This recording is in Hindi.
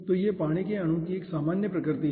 तो यह पानी के अणु की एक सामान्य प्रकृति है